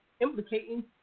implicating